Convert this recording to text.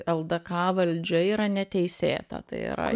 ldk valdžia yra neteisėta tai yra